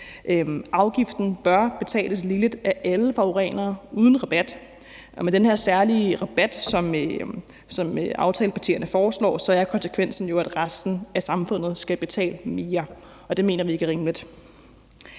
Afgiften bør betales ligeligt af alle forurenere uden rabat. Og med den her særlige rabat, som aftalepartierne foreslår, er konsekvensen jo, at resten af samfundet skal betale mere, og det mener vi ikke er rimeligt.